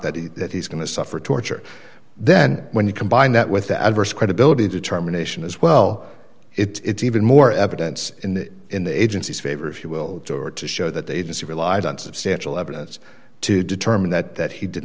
that he that he's going to suffer torture then when you combine that with the adverse credibility determination as well it's even more evidence in the in the agency's favor if you will to or to show that they deceive relied on substantial evidence to determine that that he did